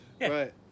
right